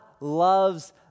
loves